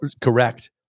Correct